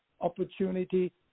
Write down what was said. opportunity